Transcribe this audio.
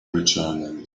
returning